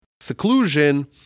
seclusion